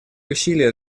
усилия